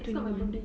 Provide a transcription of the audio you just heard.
twenty one